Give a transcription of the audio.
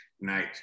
night